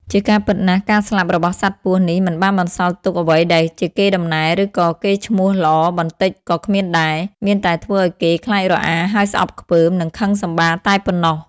ជាការពិតណាស់ការស្លាប់របស់សត្វពស់នេះមិនបានបន្សល់ទុកអ្វីដែលជាកេរដំណែល ឬក៏ឈ្មោះល្អបន្តិចក៏គ្មានដែរ មានតែធ្វើឲ្យគេខ្លាចរអា ហើយស្អប់ខ្ពើម និងខឹងសម្បារតែប៉ុណ្ណោះ ។